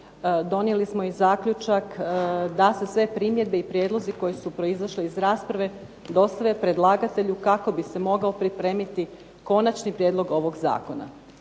donijeli smo i zaključak da su sve primjedbe i prijedlozi koji su proizašle iz rasprave dostave predlagatelju kako bi se mogao pripremiti Konačni prijedlog ovog zakona.